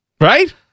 Right